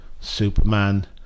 Superman